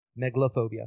Megalophobia